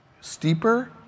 steeper